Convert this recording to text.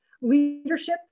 leadership